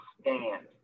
stand